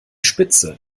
spitze